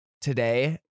Today